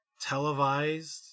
televised